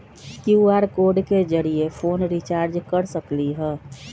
QR code के जरिय phone recharge कर सकली ह?